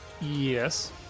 Yes